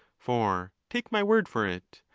for, take my word for it,